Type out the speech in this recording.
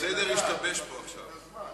הסדר השתבש פה עכשיו.